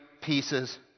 pieces